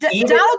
Donald